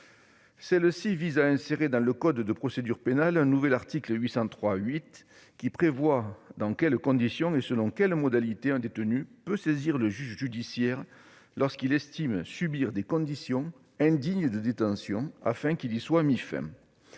Le texte insère dans le code de procédure pénale un nouvel article 803-8, qui prévoit dans quelles conditions et selon quelles modalités un détenu peut saisir le juge judiciaire, lorsqu'il estime subir des conditions indignes de détention, afin qu'il y soit mis fin.